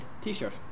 t-shirt